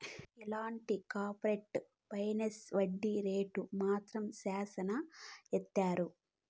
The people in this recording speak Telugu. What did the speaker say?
ఇలాంటి కార్పరేట్ ఫైనాన్స్ వడ్డీ రేటు మాత్రం శ్యానా ఏత్తారు